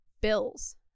bills